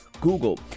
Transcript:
Google